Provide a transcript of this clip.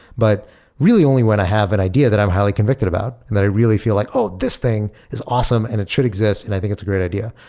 but really when i have an idea that i'm highly convicted about and that i really feel like, oh! this thing is awesome and it should exist and i think it's a great idea.